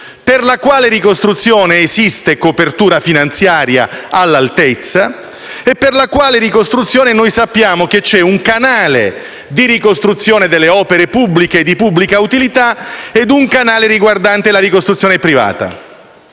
per la quale esiste copertura finanziaria all'altezza e per la quale sappiamo che vi sono un canale di ricostruzione delle opere pubbliche e di pubblica utilità e un canale riguardante la ricostruzione privata.